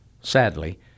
Sadly